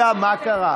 רגע, מה קרה?